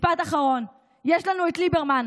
משפט אחרון: יש לנו את ליברמן,